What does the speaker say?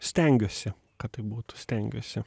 stengiuosi kad taip būtų stengiuosi